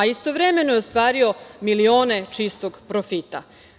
Istovremeno je ostvario milione čistog profita.